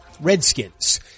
Redskins